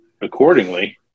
accordingly